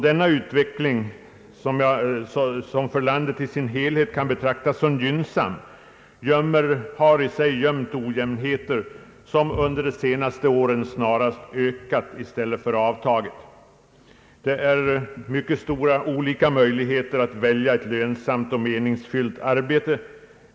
Denna utveckling, som för landet i sin helhet kan betraktas som gynnsam, har i sig gömt ojämnheter som under de senaste åren snarast ökat i stället för avtagit. Möjligheterna att välja ett lönsamt och meningsfullt arbete är olika.